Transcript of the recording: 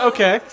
Okay